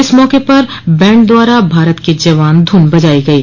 इस मौके पर बैन्ड द्वारा भारत के जवान धून बजायी गयी